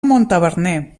montaverner